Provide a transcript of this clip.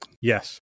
Yes